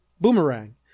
boomerang